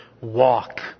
walk